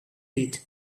teeth